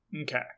Okay